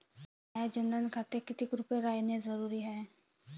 माह्या जनधन खात्यात कितीक रूपे रायने जरुरी हाय?